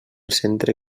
centre